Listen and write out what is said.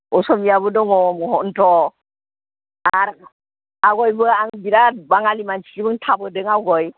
असमियाबो दङ महन्त आरो आवगायबो आं बिराद बाङालि मानसिजों थाबोदों आवगाय